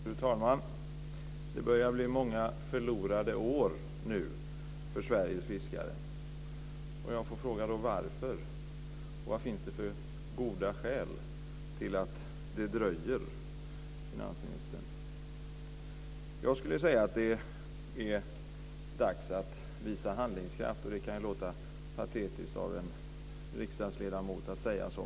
Fru talman! Det börjar bli många förlorade år för Sveriges fiskare. Jag vill fråga varför. Vad finns det för goda skäl till att det dröjer, finansministern? Det är dags att visa handlingskraft. Det kan låta patetiskt från en riksdagsledamot.